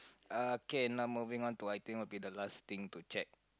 okay now moving on to i think will be the last thing to check